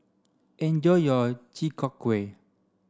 enjoy your Chi Kak Kuih